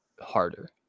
harder